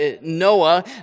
Noah